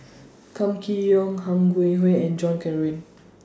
Kam Kee Yong Han and John